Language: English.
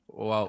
Wow